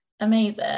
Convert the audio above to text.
Amazing